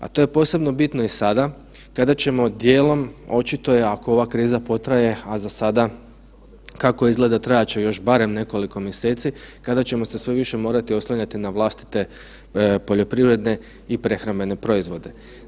A to je posebno bitno i sada kada ćemo dijelom, očito je, ako ova kriza potraje, a za sada, kako izgleda trajat će još barem nekoliko mjeseci, kada ćemo se sve više morati oslanjati na vlastite poljoprivredne i prehrambene proizvode.